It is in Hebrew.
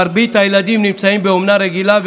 מרבית הילדים נמצאים באומנה רגילה,